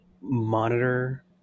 monitor